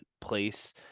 place